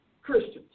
Christians